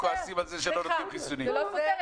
זה לא סותר.